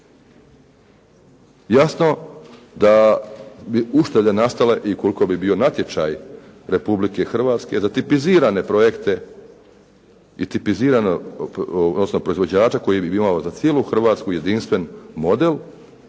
Jasno da bi uštede nastale i ukoliko bi bio natječaj Republike Hrvatske za tipizirane projekte i tipiziranog, odnosno proizvođača koji bi imao za cijelu Hrvatsku jedinstven model